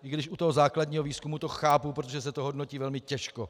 I když u toho základního výzkumu to chápu, protože se to hodnotí velmi těžko.